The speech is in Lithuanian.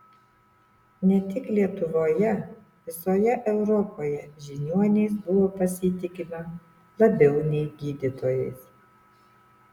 ne tik lietuvoje visoje europoje žiniuoniais buvo pasitikima labiau nei gydytojais